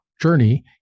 journey